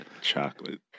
Chocolate